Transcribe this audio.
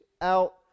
out